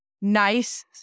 nice